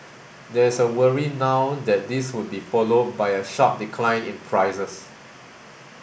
there is a worry now that this would be followed by a sharp decline in prices